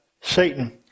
Satan